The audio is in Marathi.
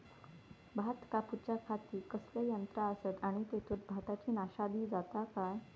भात कापूच्या खाती कसले यांत्रा आसत आणि तेतुत भाताची नाशादी जाता काय?